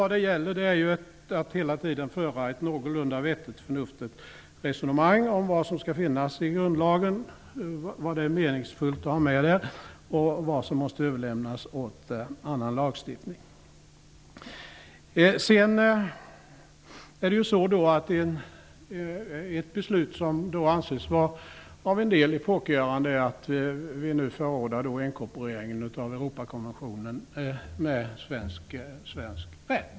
Det gäller att hela tiden föra ett någorlunda vettigt och förnuftigt resonemang om vad som skall finnas i grundlagen, vad som är meningsfullt att ha med där och vad som måste överlämnas åt annan lagstiftning. Ett beslut som av en del anses vara epokgörande är att vi nu förordar inkorporeringen av Europakonventionen med svensk rätt.